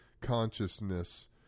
consciousness